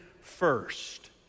first